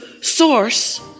source